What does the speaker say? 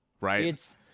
Right